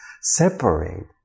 separate